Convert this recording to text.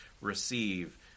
receive